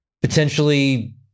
potentially